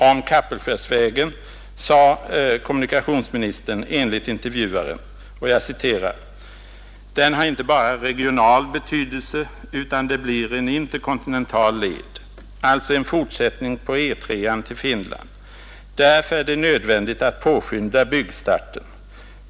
Om Kapellskärsvägen sade kommunikationsministern enligt intervjuaren: ”Den har inte bara regional betydelse utan det blir en interkontinental led. Alltså en fortsättning på E 3-an till Finland. Därför är det nödvändigt att påskynda byggstarten.